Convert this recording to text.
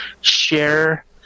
share